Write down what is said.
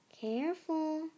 Careful